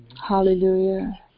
Hallelujah